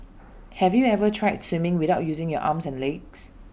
have you ever tried swimming without using your arms and legs